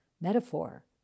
metaphor